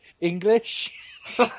English